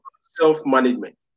self-management